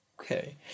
okay